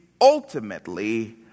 ultimately